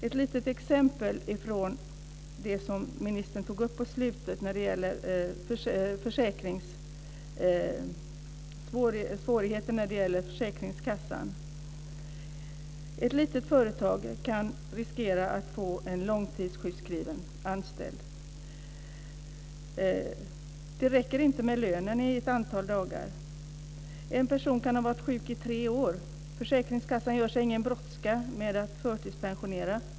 Jag vill ta upp ett exempel på svårigheter med försäkringskassan, något som ministern tog upp på slutet. Ett litet företag kan riskera att få en långtidssjukskriven anställd. Det räcker inte med lönen i ett antal dagar. En person kan ha varit sjuk i tre år. Försäkringskassan gör sig ingen brådska med att förtidspensionera.